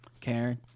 Karen